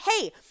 hey